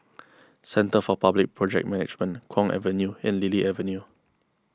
Centre for Public Project Management Kwong Avenue and Lily Avenue